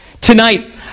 Tonight